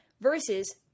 versus